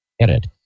Edit